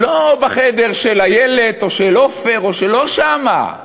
לא בחדר של איילת או של עפר, לא שם,